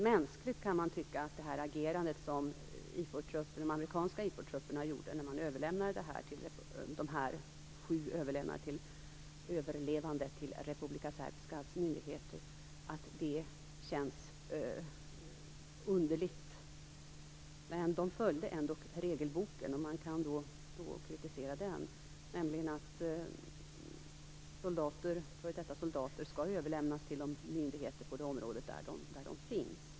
Mänskligt kan man tycka att det agerande som de amerikanska IFOR-trupperna gjorde när de överlämnade dessa sju överlevande till Republika Srbskas myndigheter känns underligt. Men de följde ändock regelboken, och man kan kritisera den. F.d. soldater skall överlämnas till myndigheter i det område där de finns.